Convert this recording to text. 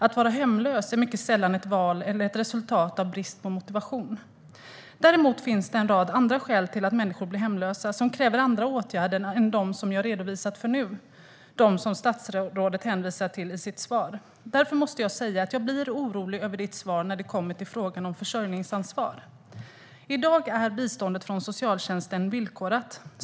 Att vara hemlös är mycket sällan ett val eller ett resultat av brist på motivation. Däremot finns det en rad andra skäl till att människor blir hemlösa som kräver andra åtgärder än dem jag har redovisat nu och dem som stadsrådet hänvisar till i sitt svar. Därför måste jag säga att jag blir orolig över statsrådets svar när det kommer till frågan om försörjningsansvar. I dag är biståndet från socialtjänsten villkorat.